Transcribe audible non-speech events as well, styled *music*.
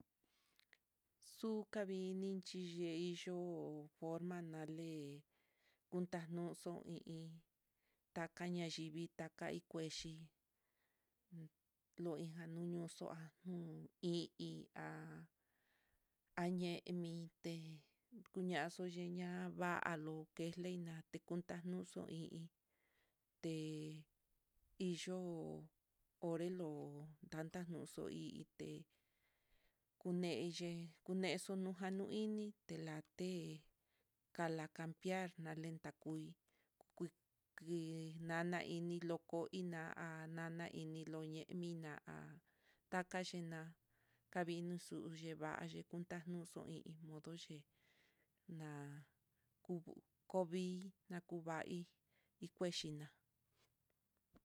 Xu'u kavini chiyei, hí yo'o forma nale kutanonxo hí i kaña yivii taka hí kuéchi loinja nuño xo'o há nun hí i há há ñe mi'i te kuñaxo x *hesitation* va'a, há lonke neñate kuntanoxo i iin, te yo'o onrelo tanatono xoité, kuneye kunexo noja ini telate kala cambiar, kalenta kuii, kuii ki nana ini lo'o ko ina há nana ini nolevina, há taka yená kavinxo yunevayii kuntanxo i iin modo yee na ku kovii na kuva hí ikuechi na'a.